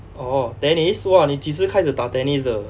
orh tennis !wah! 你几时开始打 tennis 的